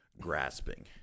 grasping